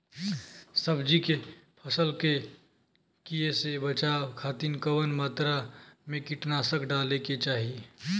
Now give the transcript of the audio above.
सब्जी के फसल के कियेसे बचाव खातिन कवन मात्रा में कीटनाशक डाले के चाही?